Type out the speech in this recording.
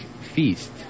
Feast